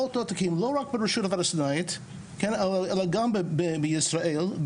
לא רק ברשות הפלסטינאית אלא גם בישראל,